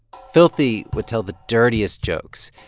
filthy would tell the dirtiest jokes.